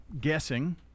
guessing